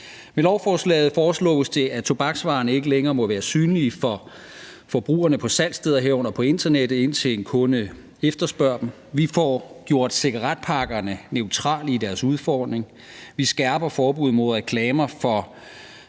Med lovforslaget foreslås det, at tobaksvarerne ikke længere må være synlige for forbrugerne på salgssteder, herunder på internettet, indtil en kunde efterspørger dem. Vi får gjort cigaretpakkerne neutrale i deres udformning. Vi skærper forbuddet mod reklamer i